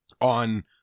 on